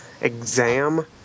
Exam